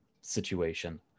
situation